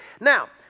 Now